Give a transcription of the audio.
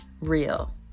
real